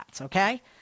okay